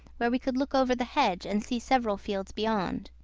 where we could look over the hedge and see several fields beyond.